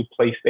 PlayStation